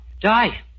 Die